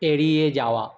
এড়িয়ে যাওয়া